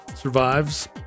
survives